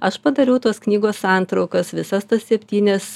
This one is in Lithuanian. aš padariau tos knygos santraukas visas tas septynias